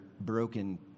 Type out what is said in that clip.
broken